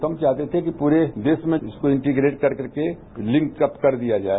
तो हम चाहते थे पूरे देश में इसको इंटीग्रेट कर के लिंक अप कर दिया जाए